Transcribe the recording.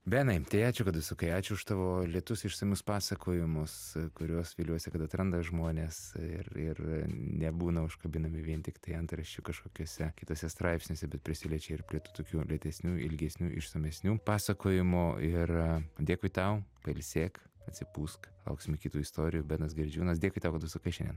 benai tai ačiū kad užsukai ačiū už tavo lėtus išsamius pasakojimus kuriuos viliuosi kad atranda žmonės ir ir nebūna užkabinami vien tiktai antraščių kažkokiuose kituose straipsniuose bet prisiliečia ir prie tų tokių lėtesnių ilgesnių išsamesnių pasakojimų ir dėkui tau pailsėk atsipūsk lauksime kitų istorijų benas gerdžiūnas dėkui tau kad užsukai šiandien